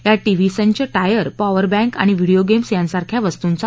यात टीव्ही संच tyre power bank आणि व्हिडीओ गेम्स यांसारख्या वस्तूंचा समावेश आहे